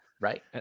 right